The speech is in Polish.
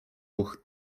ruch